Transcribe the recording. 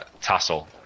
Tassel